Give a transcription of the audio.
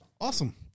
Awesome